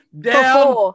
down